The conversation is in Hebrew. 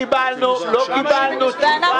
וכפי ששלומית אמרה,